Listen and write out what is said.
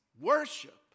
worship